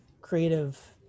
creative